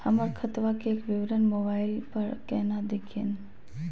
हमर खतवा के विवरण मोबाईल पर केना देखिन?